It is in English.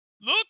look